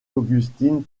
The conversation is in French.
augustine